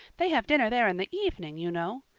they have dinner there in the evening, you know.